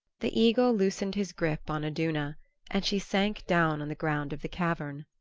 the eagle loosened his grip on iduna and she sank down on the ground of the cavern.